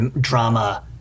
drama